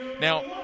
Now